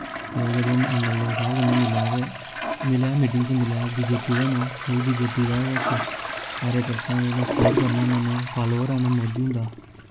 ते जदूं में ऐम्मऐल्लए साहब कन्नै मिलेआ ते मिलियै मीटिंग च मिल्लियै बीजेपी दे न ओह् मैं बी बीजेपी दा गै इक कार्यकर्ता उ'नें सपोर्ट करना होन्ना में फालोवर आं में मोदी हुंदा